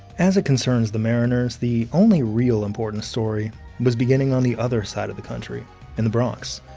as it concerns the mariners, the only real important story was beginning on the other side of the country in the bronx.